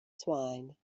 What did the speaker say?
swine